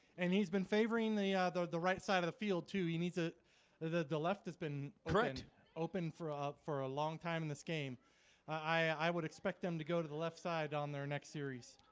and he's been favoring the ah the the right side of the field to you need to the the left has been correct open for up for a long time in this game iii would expect them to go to the left side on their next series.